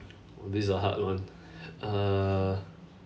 oh this is a hard one uh